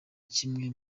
kimwe